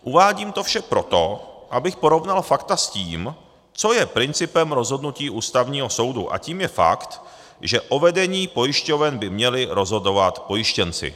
Uvádím to vše proto, abych porovnal fakta s tím, co je principem rozhodnutí Ústavního soudu, a tím je fakt, že o vedení pojišťoven by měli rozhodovat pojištěnci.